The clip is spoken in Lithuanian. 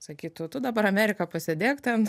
sakytų tu dabar amerika pasėdėk ten